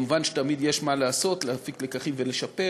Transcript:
מובן שתמיד יש מה לעשות, להפיק לקחים ולשפר.